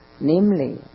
namely